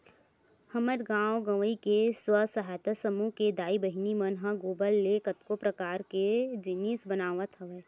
हमर गाँव गंवई के स्व सहायता समूह के दाई बहिनी मन ह गोबर ले कतको परकार के जिनिस बनावत हवय